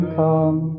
come